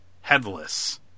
headless